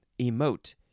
Emote